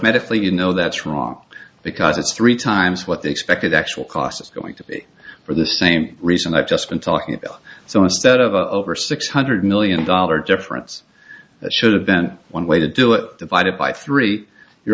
arithmetically you know that's wrong because it's three times what they expected actual costs going to be for the same reason i've just been talking so instead of a over six hundred million dollar difference that should have been one way to do it divided by three you're